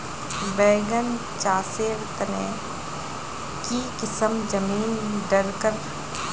बैगन चासेर तने की किसम जमीन डरकर?